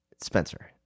Spencer